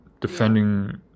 Defending